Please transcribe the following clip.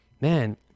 man